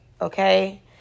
okay